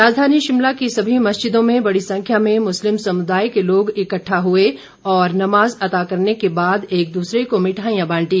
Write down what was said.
राजधानी शिमला की सभी मस्जिदों में बड़ी संख्या में मुस्लिम समुदाय के लोग इकट्ठा हुए और नमाज़ अता करने के बाद एक दूसरे को मिठाईयां बांटी